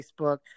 Facebook